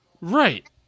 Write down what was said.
Right